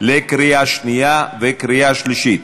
בקריאה שנייה ובקריאה שלישית.